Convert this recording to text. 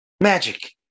Magic